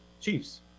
Chiefs